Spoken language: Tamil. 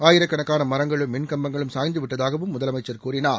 ஆயிரக்கணக்கான மரங்களும் மின் கம்பங்களும் சாய்ந்துவிட்டதாகவும் முதலமைச்சர் கூறினார்